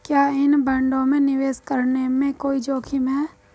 क्या इन बॉन्डों में निवेश करने में कोई जोखिम है?